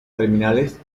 terminales